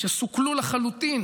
סוכלו לחלוטין